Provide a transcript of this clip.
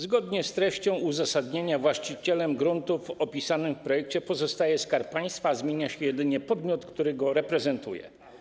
Zgodnie z treścią uzasadnienia właścicielem gruntów opisanym w projekcie pozostaje Skarb Państwa, a zmienia się jedynie podmiot, który go reprezentuje.